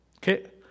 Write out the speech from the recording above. Okay